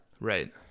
Right